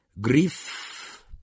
grief